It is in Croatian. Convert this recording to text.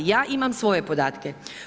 Ja imam svoje podatke.